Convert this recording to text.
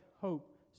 hope